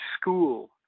school